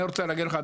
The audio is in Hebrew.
אני רוצה להגיד לך,